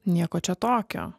nieko čia tokio